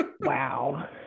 Wow